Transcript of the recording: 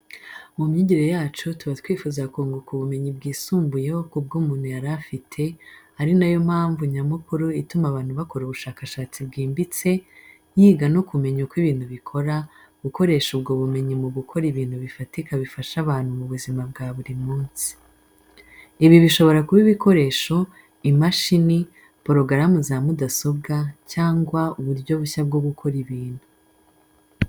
Mu myigire yacu tuba twifuza kunguka ubumenyi bwisumbuyeho ku bw'umuntu yari afie ari na yo mpamvu nyamukuru ituma abantu bakora ubushakashatsi bwimbitse, yiga no kumenya uko ibintu bikora, gukoresha ubwo bumenyi mu gukora ibintu bifatika bifasha abantu mu buzima bwa buri munsi. Ibi bishobora kuba ibikoresho, imashini, porogaramu za mudasobwa, cyangwa uburyo bushya bwo gukora ibintu.